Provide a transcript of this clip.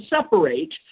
separate